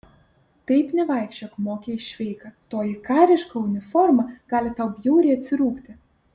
taip nevaikščiok mokė jis šveiką toji kariška uniforma gali tau bjauriai atsirūgti